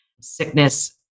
sickness